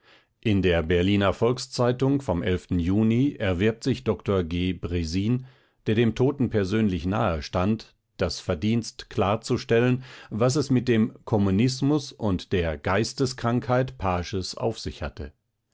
in der berliner volkszeitung vom juni erwirbt sich dr g bresin der dem toten persönlich nahe stand das verdienst klar zu stellen was es mit dem kommunismus und der geisteskrankheit paasches auf sich hatte